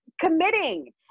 committing